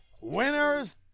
winners